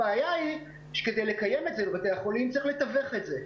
הבעיה שכדי לקיים את זה בבתי החולים צריך לתווך את זה.